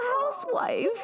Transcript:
housewife